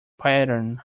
pattern